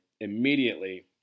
Immediately